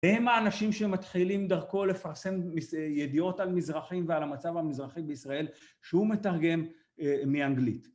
הם האנשים שמתחילים דרכו לפרסם ידיעות על מזרחיים ועל המצב המזרחי בישראל שהוא מתרגם מאנגלית.